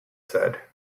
said